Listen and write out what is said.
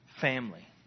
family